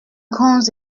grands